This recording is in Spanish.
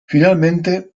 finalmente